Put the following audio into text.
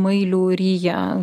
mailių ryja